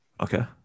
Okay